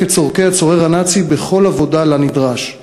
את צורכי הצורר הנאצי בכל עבודה שנדרש לה.